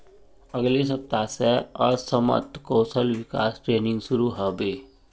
अगले सप्ताह स असमत कौशल विकास ट्रेनिंग शुरू ह बे